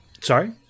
Sorry